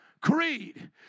Creed